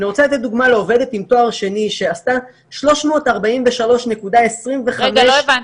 אני רוצה לתת דוגמה לעובדת עם תואר שני שעשתה 343.25 --- לא הבנתי,